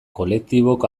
kolektibok